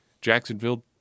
Jacksonville